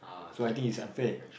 so I think it's unfair